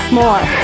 more